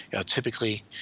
Typically